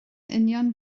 union